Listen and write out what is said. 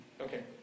Okay